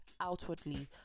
outwardly